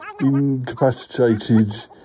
incapacitated